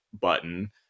button